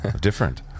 different